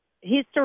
history